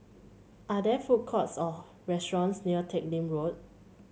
are there food courts or restaurants near Teck Lim Road